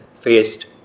faced